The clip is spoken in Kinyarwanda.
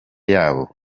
yabo